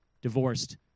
divorced